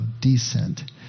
descent